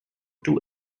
two